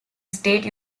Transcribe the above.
state